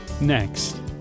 next